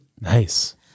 Nice